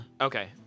Okay